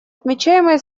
отмечаемые